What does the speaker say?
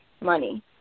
money